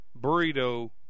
burrito